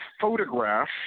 photograph